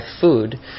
food